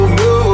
no